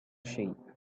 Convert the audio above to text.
sheep